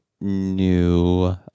new